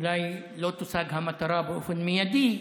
אולי לא תושג המטרה באופן מיידי,